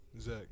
Zach